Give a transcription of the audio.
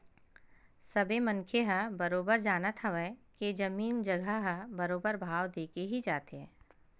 सबे मनखे ह बरोबर जानत हवय के जमीन जघा ह बरोबर भाव देके ही जाथे